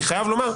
אני חייב לומר,